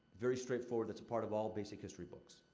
very straightforward that's a part of all basic history books.